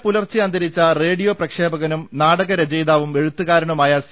ഇന്നലെ പുലർച്ചെ അന്തരിച്ച റേഡിയോ പ്രക്ഷേപകനും നാടക രച യിതാവും എഴുത്തുകാരനുമായ സി